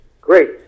Great